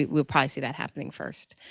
we'll probably see that happening first,